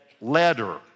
letter